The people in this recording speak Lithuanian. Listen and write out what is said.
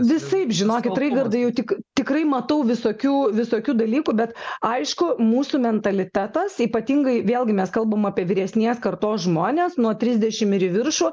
visaip žinokit raigardai jau tik tikrai matau visokių visokių dalykų bet aišku mūsų mentalitetas ypatingai vėlgi mes kalbam apie vyresnės kartos žmones nuo trisdešim ir į viršų